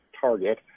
target